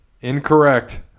Incorrect